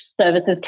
services